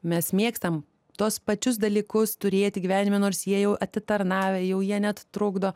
mes mėgstam tuos pačius dalykus turėti gyvenime nors jie jau atitarnavę jau jie net trukdo